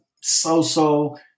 so-so